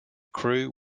crew